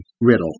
riddle